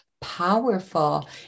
powerful